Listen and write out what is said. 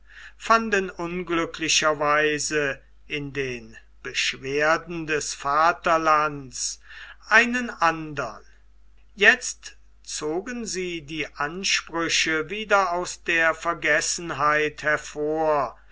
fanden unglücklicherweise in den beschwerden des vaterlands einen andern jetzt zogen sie die ansprüche wieder aus der vergessenheit hervor